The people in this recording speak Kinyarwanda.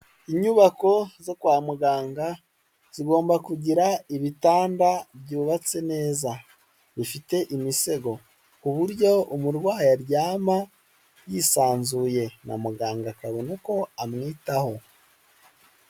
Inyubako zo kwa muganga zigomba kugira ibitanda byubatse neza bifite imisego, ku buryo umurwayi aryama yisanzuye na muganga akabona uko amwitaho.